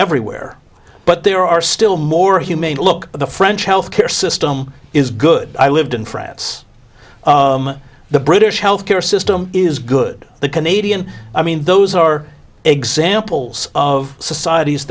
everywhere but there are still more humane look at the french health care system is good i lived in france the british health care system is good the canadian i mean those are examples of societies